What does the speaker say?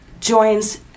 joins